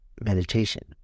meditation